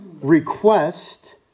request